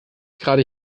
gerade